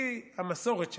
היא המסורת שלנו.